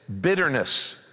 bitterness